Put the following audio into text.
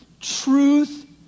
truth